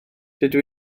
dydw